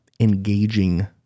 engaging